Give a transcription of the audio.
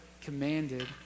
commanded